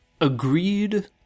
Agreed